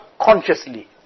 consciously